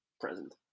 present